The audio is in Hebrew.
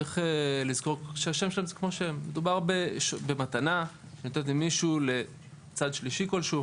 מדובר במתנה שניתנה לצד שלישי כלשהו,